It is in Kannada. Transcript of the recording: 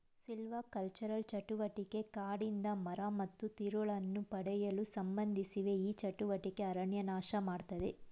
ಸಿಲ್ವಿಕಲ್ಚರಲ್ ಚಟುವಟಿಕೆ ಕಾಡಿಂದ ಮರ ಮತ್ತು ತಿರುಳನ್ನು ಪಡೆಯಲು ಸಂಬಂಧಿಸಿವೆ ಈ ಚಟುವಟಿಕೆ ಅರಣ್ಯ ನಾಶಮಾಡ್ತದೆ